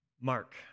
Mark